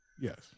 Yes